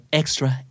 extra